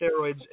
steroids